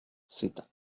c’est